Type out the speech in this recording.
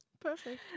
Perfect